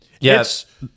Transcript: Yes